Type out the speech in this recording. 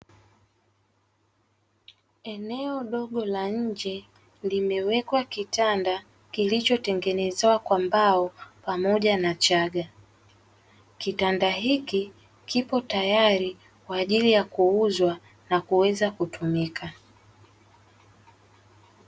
Eneo dogo la nje limewekwa kitanda kilichotengenezewa kwa mbao pamoja na chaga. Kitanda hiki kipo tayari kwaajili ya kuuzwa na kuweza kutumika.